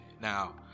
Now